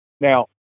Now